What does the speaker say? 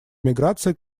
миграция